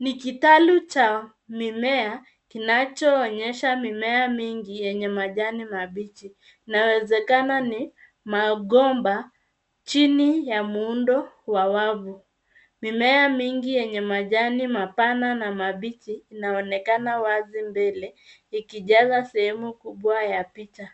Ni kitalu cha mimea kinachoonyesha mimea mingi yenye majani mabichi inawezakana ni magomba chini ya muundo wa wavu. Mimea mingi yenye majani mapana na mabichi inaonekana wazi mbele ikijaza sehemu kubwa ya picha.